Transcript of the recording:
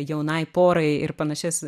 jaunai porai ir panašias